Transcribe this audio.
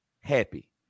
happy